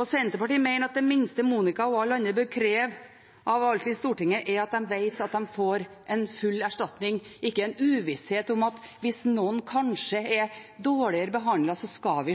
Senterpartiet mener at det minste Monica og alle andre bør kreve av Stortinget, er at de vet at de får en full erstatning, ikke en uvisshet om at hvis noen kanskje er dårligere behandlet, så skal